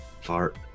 Fart